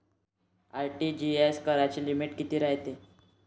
RTGS कराची limit कितीक रायते?